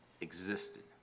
existed